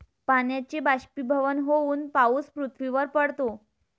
पाण्याचे बाष्पीभवन होऊन पाऊस पृथ्वीवर पडतो